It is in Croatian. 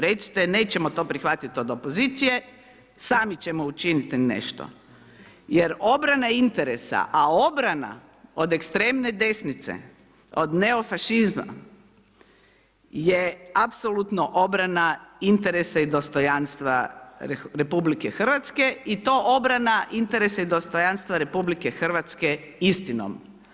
Recite nećemo to prihvatit od opozicije, sami ćemo učiniti nešto jer obrana interesa, a obrana od ekstremne desnice, od neofašizma je apsolutno obrana interesa i dostojanstva RH i to obrana interesa i dostojanstva RH istinom.